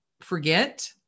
forget